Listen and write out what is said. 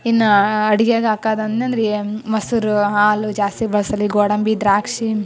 ಇನ್ನು ಅಡುಗೇಗ್ ಹಾಕದ್ ಅಂದೆನಂದ್ರ ಏನು ಮೊಸರು ಹಾಲು ಜಾಸ್ತಿ ಬಳ್ಸಲ್ಲ ಈ ಗೋಡಂಬಿ ದ್ರಾಕ್ಷಿ